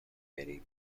بری